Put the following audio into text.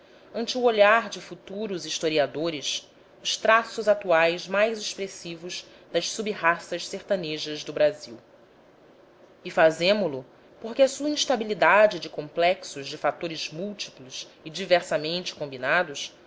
o olhar de futuros historiadores os traços atuais mais expressivos das sub ra ças sertanejas do brasil e fazemo lo porque a sua instabilidade de complexos de fatores múltiplos e diversamente combinados